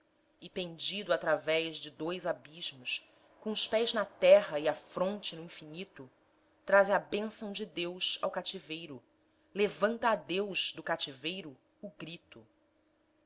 pendido através de dois abismos com os pés na terra e a fronte no infinito traze a bênção de deus ao cativeiro levanta a deus do cativeiro o grito